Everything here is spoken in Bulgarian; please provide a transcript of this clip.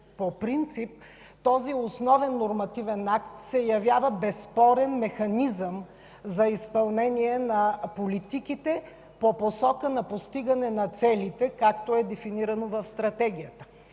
по принцип този основен нормативен акт се явява безспорен механизъм за изпълнение на политиките по посока на постигане на целите, както е дефинирано в Стратегията.